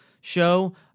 show